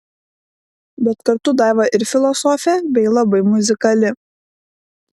bet kartu daiva ir filosofė bei labai muzikali